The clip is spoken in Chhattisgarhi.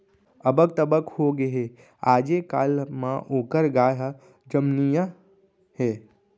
अबक तबक होगे हे, आजे काल म ओकर गाय ह जमनइया हे